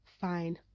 fine